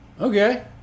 okay